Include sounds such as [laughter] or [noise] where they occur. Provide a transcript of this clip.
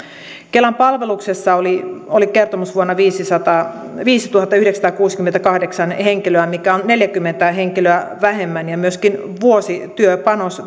kelan palveluksessa oli oli kertomusvuonna viisituhattayhdeksänsataakuusikymmentäkahdeksan henkilöä mikä on neljäkymmentä henkilöä vähemmän ja myöskin vuosityöpanos [unintelligible]